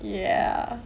ya ah